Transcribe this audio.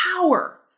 power